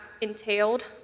entailed